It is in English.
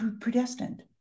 predestined